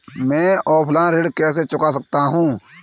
मैं ऑफलाइन ऋण कैसे चुका सकता हूँ?